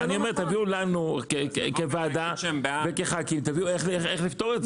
תביאו לנו כוועדה וכח"כים תביאו איך לפתור את זה.